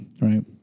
right